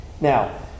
Now